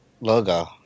logo